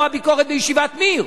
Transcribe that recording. הנמשל הוא הביקורת בישיבת "מיר",